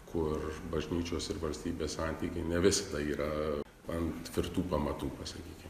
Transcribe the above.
kur bažnyčios ir valstybės santykiai ne visada yra ant tvirtų pamatų pasakykim